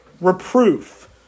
reproof